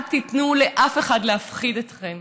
אל תיתנו לאף אחד להפחיד אתכן.